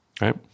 right